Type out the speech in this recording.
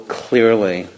clearly